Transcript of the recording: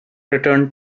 returned